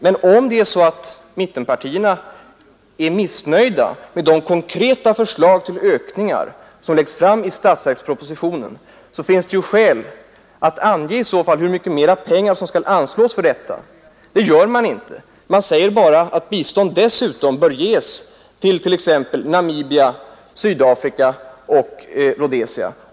Men om mittenpartierna är missnöjda med de konkreta förslag till ökningar som läggs fram i statsverkspropositionen, borde de i så fall ha anledning att ange hur mycket mera pengar som skall anslås för detta ändamål. Det gör man inte utan säger bara att bistånd dessutom bör ges till rörelserna i Namibia, Sydafrika och Rhodesia.